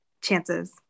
chances